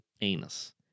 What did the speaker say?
anus